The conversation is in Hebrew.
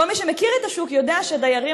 כל מי שמכיר את השוק יודע שדיירים